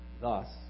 thus